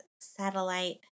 satellite